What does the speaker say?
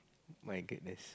my goodness